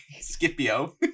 Scipio